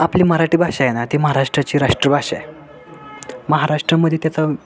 आपली मराठी भाषा आहे ना ती महाराष्ट्राची राष्ट्रभाषा आहे महाराष्ट्रामध्ये त्याचा